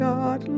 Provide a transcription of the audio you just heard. God